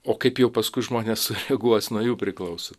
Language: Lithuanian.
o kaip jau paskui žmonės sureaguos nuo jų priklauso